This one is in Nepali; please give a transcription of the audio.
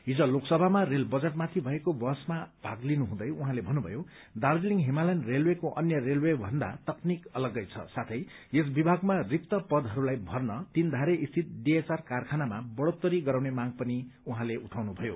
हिज लोकसभामा रेल बजटमाथि भएको बहसमा भाग लिनुहुँदै उहाँले भन्नुभयो दार्जीलिङ हिमालयन रेलवेको अन्य रेलवेभन्दा तकनिक अतगै छ साथै यस विभागमा रिक्त पदहरूलाई भर्न तीनधारे स्थित डीएचआर कारखानालाई बढ़ोत्तरी गराउने माग पनि उहाँले उठाउनु भयो